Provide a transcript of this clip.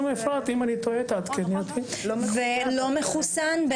ולא מחוסן?